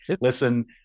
listen